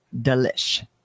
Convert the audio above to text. delish